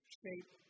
shape